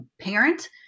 parent